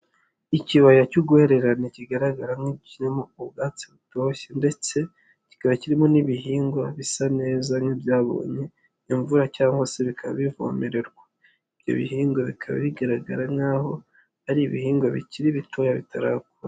Ikibaya cy'urwererane kigaragara nk'ikirimo ubwatsi butoshye ndetse kikaba kirimo n'ibihingwa bisa neza nk'ibyabonye imvura cyangwa se bika bivomererwa. Ibyo bihingwa bikaba bigaragara nk'aho ari ibihingwa bikiri bitoya bitarakura.